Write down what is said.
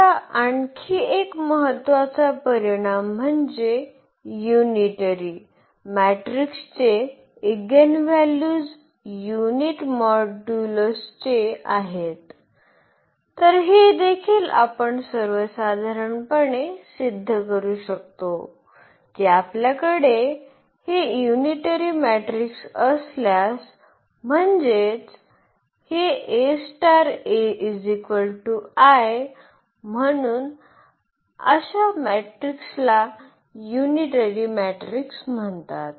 आता आणखी एक महत्त्वाचा परिणाम म्हणजे युनिटरी मॅट्रिक्सचे ईगेनव्हल्यूज युनिट मॉड्यूलसचे आहेत तर हे देखील आपण सर्वसाधारणपणे सिद्ध करू शकतो की आपल्याकडे हे युनिटरी मॅट्रिक्स असल्यास म्हणजेच हे म्हणून अशा मॅट्रिक्सला युनिटरी मॅट्रिक्स म्हणतात